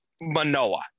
Manoa